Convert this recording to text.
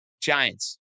Giants